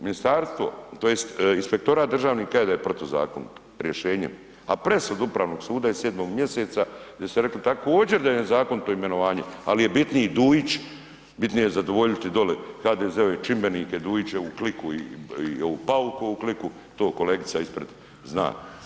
Ministarstvo tj. inspektorat državni kaže da je protuzakonito rješenjem, a presudu Upravnog suda iz sedmog mjeseca gdje su rekli također da je nezakonito imenovanje, ali je bitniji Dujić, bitnije je zadovoljiti dolje HDZ-ove čimbenike, Dujićevu kliku i ovoga Paukovu kliku, to kolegica ispred zna.